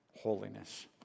holiness